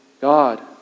God